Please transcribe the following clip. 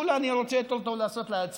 כולה אני רוצה לעשות טוב לעצמי,